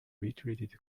retreated